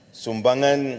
sumbangan